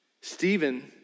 Stephen